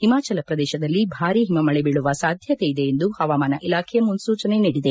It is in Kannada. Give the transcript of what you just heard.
ಹಿಮಾಚಲ ಪ್ರದೇಶದಲ್ಲಿ ಭಾರೀ ಹಿಮಮಳೆ ಬೀಳುವ ಸಾಧ್ಯತೆ ಇದೆ ಎಂದು ಪವಾಮಾನ ಇಲಾಖೆ ಮುನ್ನೂಚನೆ ನೀಡಿದೆ